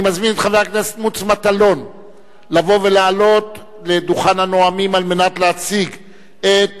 אני מזמין את חבר הכנסת מוץ מטלון לבוא ולעלות לדוכן הנואמים להציג את